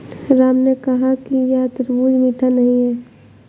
राम ने कहा कि यह तरबूज़ मीठा नहीं है